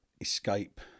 escape